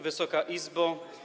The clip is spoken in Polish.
Wysoka Izbo!